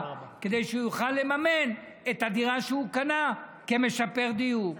כדי שהוא יוכל לממן את הדירה שהוא קנה כמשפר דיור.